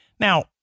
Now